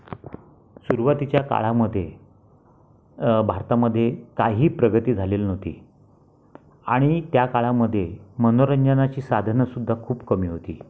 सुरवातीच्या काळामध्ये भारतामध्ये काही प्रगती झालेली नव्हती आणि त्या काळामध्ये मनोरंजनाची साधनंसुद्धा खूप कमी होती